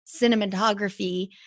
cinematography